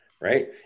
right